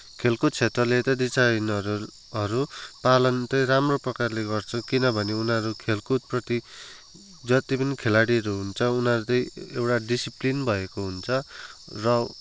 खेलकुद क्षेत्रले त दिशाहीनहरू हरू पालन चाहिँ राम्रो प्रकारले गर्छ किनकी उनीहरूले खेलकुदप्रति जत्ति पनि खेलाडीहरू हुन्छ उनीहरू चाहिँ एउटा डिसिप्लिन भएको हुन्छ र